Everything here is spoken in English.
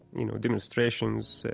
you know, demonstrations,